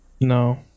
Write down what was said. No